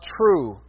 true